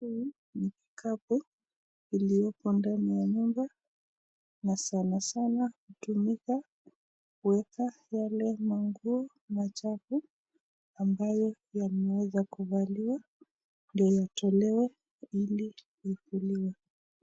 hii ni kikapu ilioko ndani ya nyumba na sana sana utumika kuweka yale manguo machafu ambayo yameweza kuvaliwa ndio itolewe ili ifuliwe.